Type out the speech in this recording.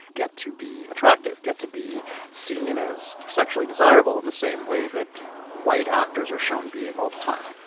get to be attractive, get to be seen as sexually desirable in the same way that white actors are shown being all the time.